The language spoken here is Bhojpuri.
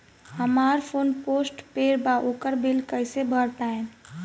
हमार फोन पोस्ट पेंड़ बा ओकर बिल कईसे भर पाएम?